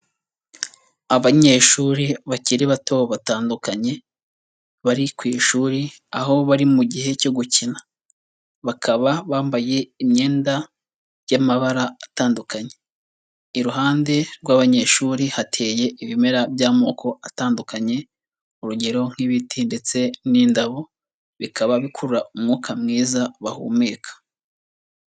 Abanyeshuri bakiri bato batandukanye, bari ku ishuri aho bari mu gihe cyo gukina, bakaba bambaye imyenda y'amabara atandukanye, iruhande rw'abanyeshuri hateye ibimera by'amoko atandukanye, urugero nk'ibiti ndetse n'indabo, bikaba bikurura umwuka mwiza bahumeka.